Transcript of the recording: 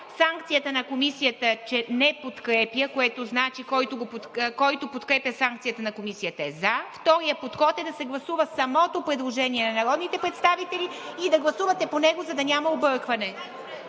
санкцията на Комисията, че не подкрепя, което значи, който подкрепя санкцията на Комисията е „за“. Вторият подход е да се гласува самото предложение на народните представители и да гласувате по него, за да няма объркване.